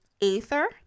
Aether